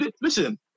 listen